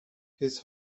his